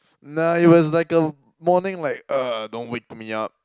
nah it was like a morning like ugh don't wake me up